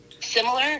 similar